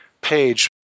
page